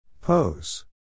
Pose